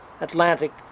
Atlantic